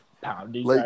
Pounding